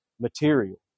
material